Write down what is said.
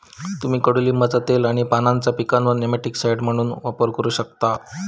तुम्ही कडुलिंबाचा तेल आणि पानांचा पिकांवर नेमॅटिकसाइड म्हणून वापर करू शकतास